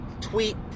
Tweet